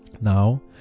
Now